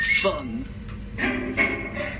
fun